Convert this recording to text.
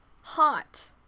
hot